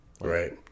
Right